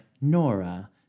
Nora